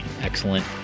excellent